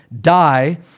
die